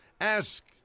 Ask